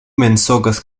mensogas